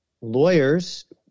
lawyers